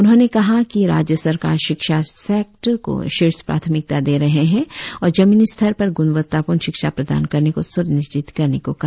उन्होंने कहा कि राज्य सरकार शिक्षा सेक्टर को शीर्ष प्राथमिकता दे रहे है और जमीनी स्तर पर गुणवत्तापूर्ण शिक्षा प्रदान करने को सुनिश्चित करने को कहा